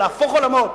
ולהפוך עולמות,